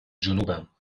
جنوبم